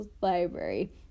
library